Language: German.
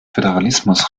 föderalismus